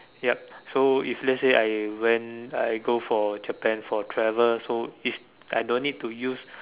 yup so if let's say I went I go for Japan for travel if so I don't need to use